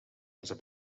onze